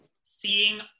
seeing